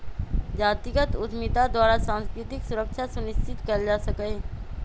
जातिगत उद्यमिता द्वारा सांस्कृतिक सुरक्षा सुनिश्चित कएल जा सकैय